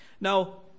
Now